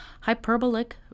Hyperbolic